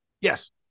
Yes